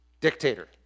dictator